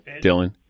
Dylan